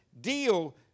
deal